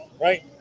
right